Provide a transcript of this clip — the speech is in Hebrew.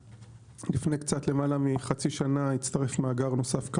לפני קצת למעלה מחצי שנה הצטרף מאגר נוסף, כריש,